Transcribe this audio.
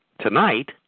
tonight